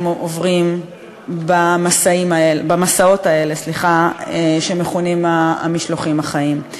עוברים במסעות האלה שמכונים המשלוחים החיים.